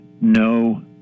no